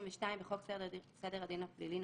"תיקון חוק סדר הדין הפלילי 62.בחוק סדר הדין הפלילי ,